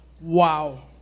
Wow